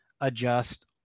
adjust